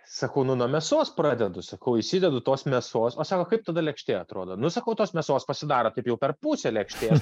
sakau nu nuo mėsos pradedu sakau įsidedu tos mėsos o sako kaip ta lėkštė atrodo nu sakau tos mėsos pasidaro taip jau per pusę lėkštės